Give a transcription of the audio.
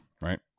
right